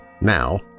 now